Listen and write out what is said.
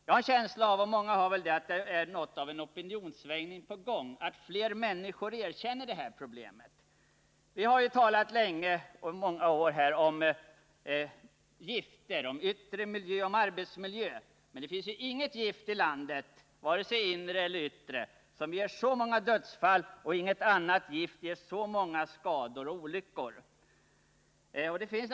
Jag har en känsla av — och många har väl det — att något av en opinionssvängning är på gång, att fler människor erkänner det här problemet. Vi har i många år talat om gifter, om yttre miljö och om arbetsmiljö. Men det finns inget gift i landet som förorsakar så många dödsfall och inget annat gift orsakar så många skador och olyckor som alkoholen.